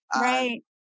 right